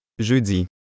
Jeudi